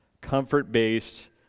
Comfort-based